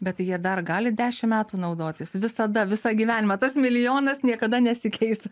bet tai jie dar gali dešim metų naudotis visada visą gyvenimą tas milijonas niekada nesikeis